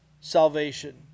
salvation